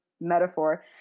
metaphor